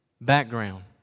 background